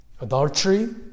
Adultery